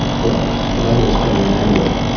ah well, another australian animal,